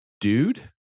dude